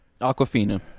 aquafina